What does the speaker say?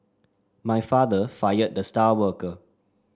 my father fired the star worker